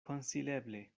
konsileble